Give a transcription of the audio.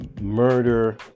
murder